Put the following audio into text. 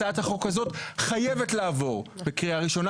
הצעת החוק הזאת חייבת לעבור בקריאה ראשונה,